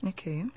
Okay